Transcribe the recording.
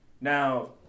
Now